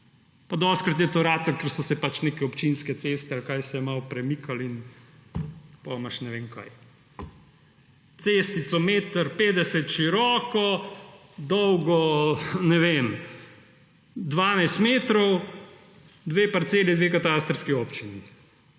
Dostikrat se je to zgodilo, ker so se pač neke občinske ceste ali kaj se je malo premikalo in potem imaš ne vem kaj, cestico meter petdeset široko, dolgo, ne vem, 12 metrov, dve parceli, dve katastrski občini.